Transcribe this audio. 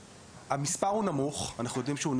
המספר הוא נמוך ואנחנו מודעים לכך.